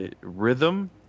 rhythm